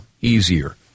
easier